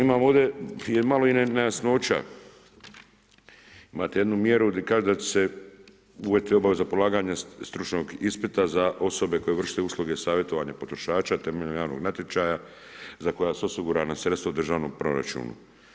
Imamo ovdje malo i nejasnoća, imate jednu mjeru kao da će se uvesti obaveza polaganja stručnog ispita za osobe koje vrše usluge savjetovanja potrošača temeljem javnog natječaja za koja su osigurana sredstva u državnom proračunu.